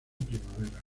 primavera